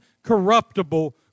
corruptible